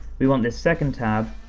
we want this second tab,